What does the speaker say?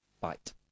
bite